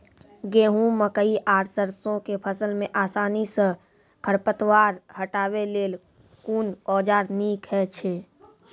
गेहूँ, मकई आर सरसो के फसल मे आसानी सॅ खर पतवार हटावै लेल कून औजार नीक है छै?